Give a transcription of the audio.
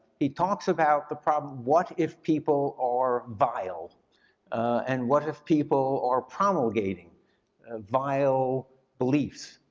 he talks about the problem what if people are vile and what if people are promulgating vile beliefs?